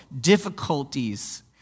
difficulties